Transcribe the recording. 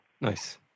Nice